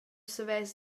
savess